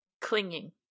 Clinging